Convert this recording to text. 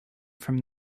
from